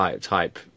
type